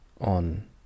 on